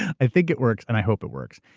i think it works, and i hope it works.